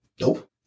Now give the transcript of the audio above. Nope